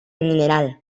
mineral